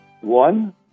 one